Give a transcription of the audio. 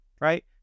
right